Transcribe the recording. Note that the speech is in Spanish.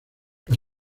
los